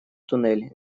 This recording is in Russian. туннель